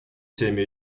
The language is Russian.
теме